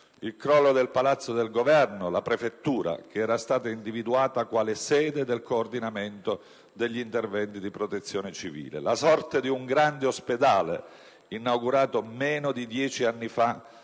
il crollo del Palazzo del Governo, la Prefettura, che era stata individuata quale sede del coordinamento degli interventi di Protezione civile; la sorte di un grande ospedale, inaugurato meno di dieci anni fa,